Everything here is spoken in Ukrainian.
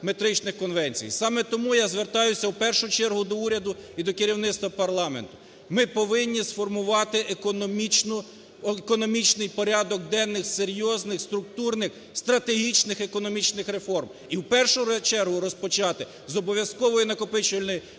Саме тому я звертаюся, в першу чергу, до уряду і до керівництва парламенту. Ми повинні сформувати економічну... економічний порядок денний серйозних структурних стратегічних економічних реформ і, в першу чергу, розпочати з обов'язкової накопичувальної пенсійної